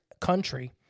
country